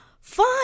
fine